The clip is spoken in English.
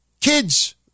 Kids